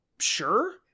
sure